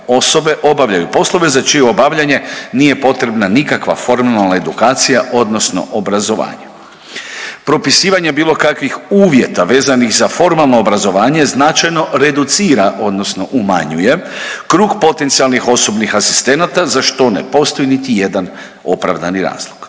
osobe poslove za čije obavljanje nije potrebna nikakva formalna edukacija odnosno obrazovanje. Propisivanje bilo kakvih uvjeta vezanih za formalno obrazovanje značajno reducira odnosno umanjuje krug potencijalnih osobnih asistenata, za što ne postoji niti jedan opravdani razlog.